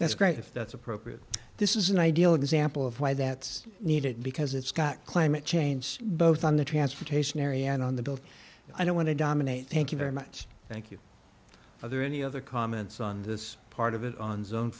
that's great if that's appropriate this is an ideal example of why that's needed because it's got climate change both on the transportation area and on the i don't want to dominate thank you very much thank you or any other comments on this part of it on